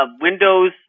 Windows